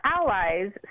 allies